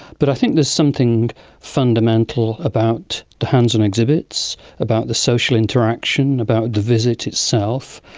but i think there's something fundamental about the hands-on exhibits, about the social interaction, about the visit itself,